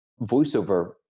voiceover